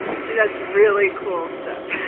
she does really cool stuff!